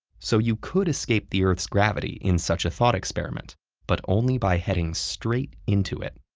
so you could escape the earth's gravity in such a thought experiment but only by heading straight into it.